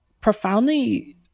profoundly